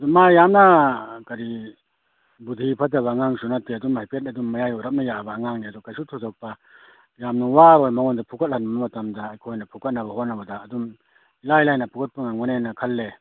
ꯑꯗꯨ ꯃꯥ ꯌꯥꯝꯅ ꯀꯔꯤ ꯕꯨꯙꯤ ꯐꯠꯇꯕ ꯑꯉꯥꯡꯁꯨ ꯅꯠꯇꯦ ꯑꯗꯨꯝ ꯍꯥꯏꯐꯦꯠ ꯑꯗꯨꯝ ꯃꯌꯥꯏ ꯑꯣꯏꯔꯞꯅ ꯌꯥꯕ ꯑꯉꯥꯡꯅꯤ ꯑꯗꯨ ꯀꯩꯁꯨ ꯊꯣꯏꯗꯣꯛꯄ ꯌꯥꯝꯅ ꯋꯥꯔꯣꯏ ꯃꯉꯣꯟꯗ ꯐꯨꯀꯠꯍꯜꯕ ꯃꯇꯝꯗ ꯑꯩꯈꯣꯏꯅ ꯐꯨꯀꯠꯅꯕ ꯍꯣꯠꯅꯕꯗ ꯑꯗꯨꯝ ꯏꯂꯥꯏ ꯂꯥꯏꯅ ꯐꯨꯀꯠꯄ ꯉꯝꯒꯅꯦꯅ ꯈꯜꯂꯦ